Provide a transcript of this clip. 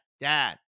dad